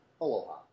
Aloha